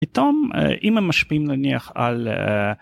פתאום, אם הם משפיעים, נניח על...